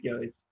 guys